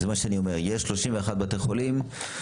יש 31 בתי חולים.